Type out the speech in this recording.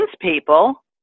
people